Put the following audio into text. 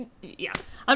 Yes